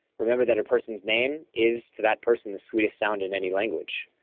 remember that a person's name is, to that person, the sweetest sound in any language.